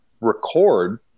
record